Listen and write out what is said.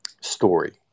story